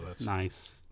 Nice